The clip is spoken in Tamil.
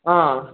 ஆ